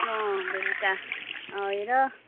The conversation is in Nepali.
अँ बेलुका आएर